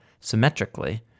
symmetrically